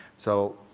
so